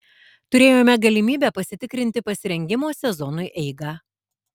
turėjome galimybę pasitikrinti pasirengimo sezonui eigą